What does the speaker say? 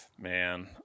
man